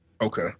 Okay